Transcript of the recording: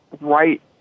right